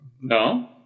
No